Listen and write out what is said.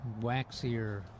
waxier